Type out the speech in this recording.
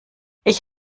ich